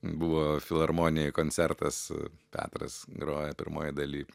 buvo filharmonijoj koncertas petras grojo pirmoje daly